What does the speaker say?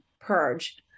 purge